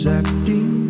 acting